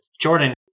Jordan